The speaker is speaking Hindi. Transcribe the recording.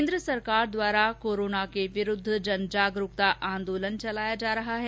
केन्द्र सरकार द्वारा कोरोना के विरूद्व जन आंदोलन चलाया जा रहा है